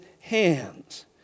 hands